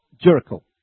Jericho